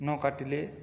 ନ କାଟିଲେ